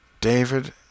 David